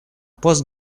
пост